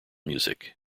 music